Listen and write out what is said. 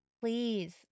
Please